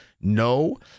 No